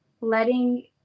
letting